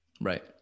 right